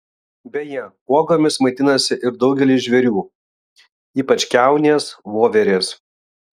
beje uogomis maitinasi ir daugelis žvėrių ypač kiaunės voverės